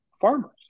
farmers